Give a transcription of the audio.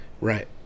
Right